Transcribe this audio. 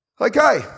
Okay